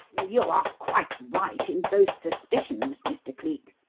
you are quite right in both suspicions, mr. cleek,